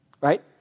right